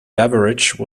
beverage